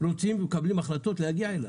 היו מקבלים החלטות להגיע אליו.